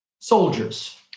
soldiers